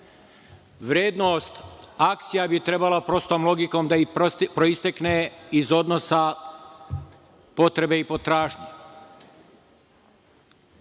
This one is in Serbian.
Vrednost akcija bi trebala prostom logikom da proistekne iz odnosa potrebe i potražnje.